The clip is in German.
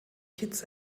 kitts